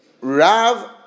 Rav